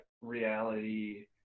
reality